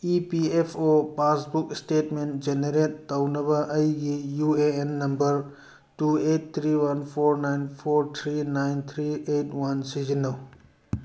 E P F O passbook statement generate ꯇꯧꯅꯕ ꯑꯩꯒꯤ U A N number two eight three one four nine four three nine three eight one ꯁꯤꯖꯤꯟꯅꯩ